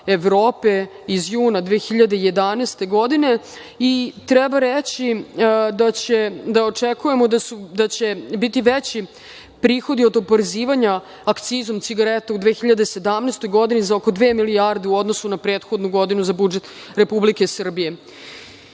Evrope iz juna 2011. godine i treba reći da očekujemo da će biti veći prihodi od oporezivanja akcizom cigareta u 2017. godini za oko dve milijarde u odnosu na prethodnu godinu za budžet Republike Srbije. Sa